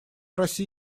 россии